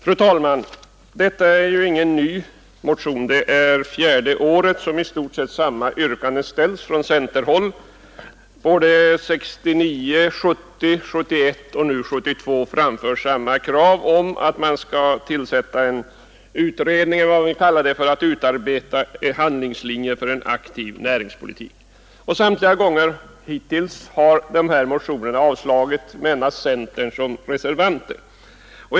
Fru talman! Detta är ju ingen ny motion, utan det är fjärde året i följd som i stort sett samma yrkande ställs från centerhåll. Både 1969, 1970, 1971 och nu 1972 framförs samma krav om en utredning för att utarbeta handlingslinjer för en aktiv näringspolitik. Samtliga gånger hittills har dessa motioner avslagits med endast centern som reservanter.